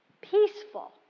peaceful